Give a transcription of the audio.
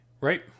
right